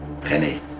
Penny